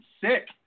sick